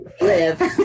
live